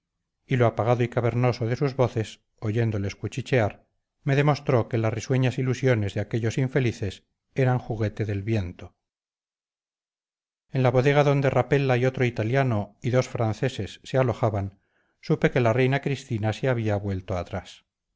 y lo apagado y cavernoso de sus voces oyéndoles cuchichear me demostró que las risueñas ilusiones de aquellos infelices eran juguete del viento en la bodega donde rapella y otro italiano y dos franceses se alojaban supe que la reina cristina se había vuelto atrás